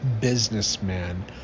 businessman